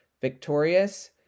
victorious